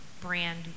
brand